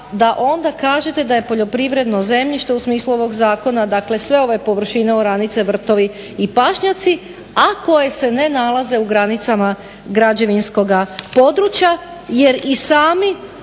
da onda kažete da je poljoprivredno zemljište u smislu ovog zakona dakle sve ove površine, oranice, vrtovi i pašnjaci a koje se ne nalaze u granicama građevinskoga područja jer i sami